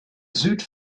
süd